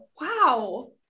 Wow